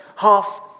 half